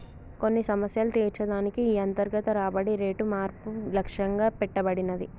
కొన్ని సమస్యలు తీర్చే దానికి ఈ అంతర్గత రాబడి రేటు మార్పు లక్ష్యంగా పెట్టబడినాది